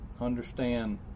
understand